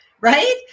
right